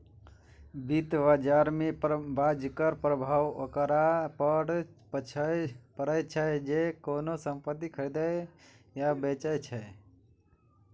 वित्त बाजार मे बाजरक प्रभाव ओकरा पर पड़ै छै, जे कोनो संपत्ति खरीदै या बेचै छै